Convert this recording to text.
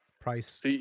price